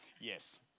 Yes